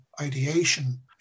ideation